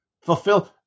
fulfill